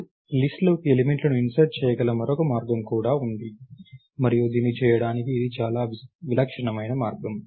మీరు లిస్ట్ లోకి ఎలిమెంట్లను ఇన్సర్ట్ చేయగల మరొక మార్గం కూడా ఉంది మరియు దీన్ని చేయడానికి ఇది చాలా విలక్షణమైన మార్గం